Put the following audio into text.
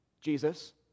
Jesus